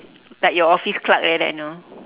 like your office clerk like that know